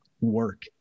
work